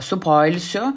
su poilsiu